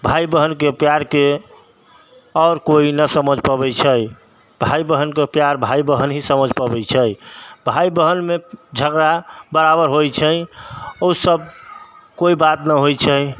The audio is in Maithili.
भाय बहिनके प्यारके आओर कोइ नहि समझि पबै छै भाय बहिनके प्यार भाय बहिन ही समझि पबै छै भाय बहिनमे झगड़ा बराबर होइ छै उ सब कोइ बात नहि होइ छै